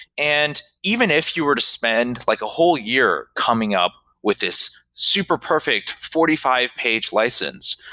and even if you were to spend like a whole year coming up with this super perfect forty five page license,